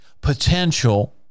Potential